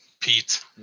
pete